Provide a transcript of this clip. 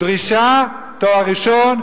דרישה: תואר ראשון,